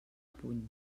puny